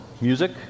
music